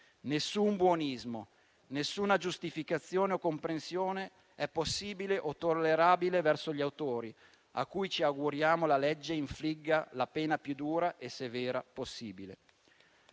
Nessun buonismo, nessuna giustificazione o comprensione è possibile o tollerabile verso gli autori, a cui ci auguriamo la legge infligga la pena più dura e severa possibile.